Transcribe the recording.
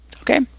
Okay